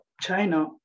China